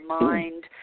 mind